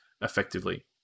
effectively